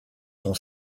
son